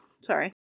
sorry